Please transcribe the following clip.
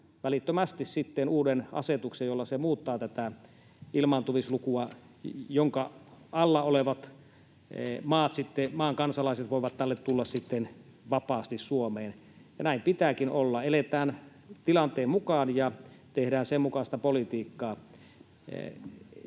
välittömästi uuden asetuksen, jolla se muuttaa tätä ilmaantuvuuslukua, jonka alla olevien maiden kansalaiset voivat sitten tulla vapaasti Suomeen. Näin pitääkin olla: eletään tilanteen mukaan ja tehdään sen mukaista politiikkaa.